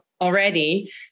already